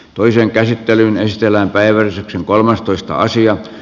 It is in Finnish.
toisen käsittelyn estellään päivän kolmastoista sija